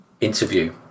interview